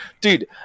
dude